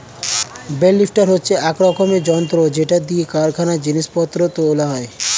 bell lifter হচ্ছে এক রকমের যন্ত্র যেটা দিয়ে কারখানায় জিনিস পত্র তোলা হয়